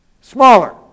Smaller